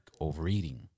overeating